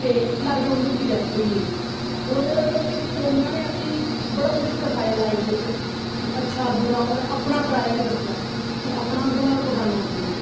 ते लाकडाउन च उं'दी डैथ होई गेई होर इस कोरोना ने असेंगी बड़ा कुछ सखाया लाइफ बिच्च कि अच्छा बुरा होर अपना पराया बी दस्सेआ कि अपना कु'न ऐ होर बगाना कु'न ऐ